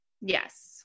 Yes